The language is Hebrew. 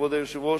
כבוד היושבת-ראש,